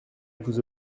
vous